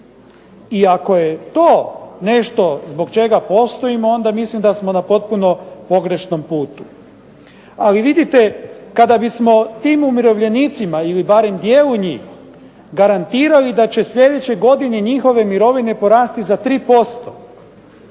I ako je to nešto zbog čega postojimo onda mislim da smo na potpuno pogrešnom putu. Ali vidite, kada bismo tim umirovljenicima ili barem dijelu njih garantirali da će sljedeće godine njihove mirovine porasti za 3%